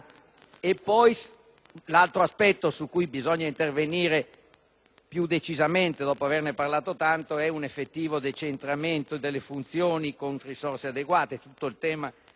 L'altra questione su cui bisogna intervenire più decisamente, dopo averne tanto parlato, è l'effettivo decentramento delle funzioni con risorse adeguate